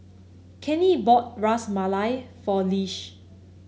Kenny bought Ras Malai for Lish